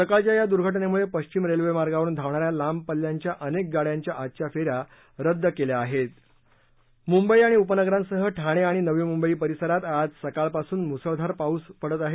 सकाळच्या या दुर्घटनेमुळे पश्चिम रेल्वेमार्गावरून धावणाऱ्या लांब पल्ल्यांच्या अनेक गाड्यांच्या आजच्या फेन्या रद्द करण्यात आल्या आहेत मुंबई आणि उपनगरांसह ठाणे आणि नवी मुंबई परिसरात आज सकाळपासून मुसळधार पाऊस पडत आहे